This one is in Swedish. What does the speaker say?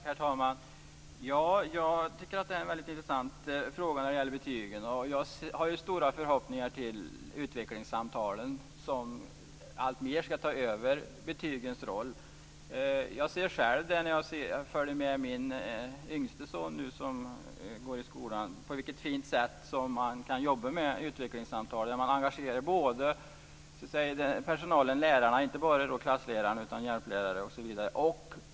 Herr talman! Jag tycker att frågan om betygen är väldigt intressant. Jag har stora förhoppningar på att utvecklingssamtalen alltmer skall ta över betygens roll. När jag har följt med min yngste son till skolan har jag själv sett på vilket fint sätt man kan jobba med utvecklingssamtal. Man engagerar hela personalen - inte bara klassläraren utan också hjälplärare osv.